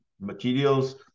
materials